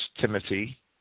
Timothy